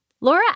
Laura